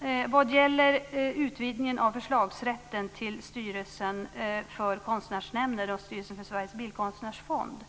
När det gäller utvidgningen av förslagsrätten till styrelsen för Konstnärsnämnden och Styrelsen för Sveriges bildkonstnärsfond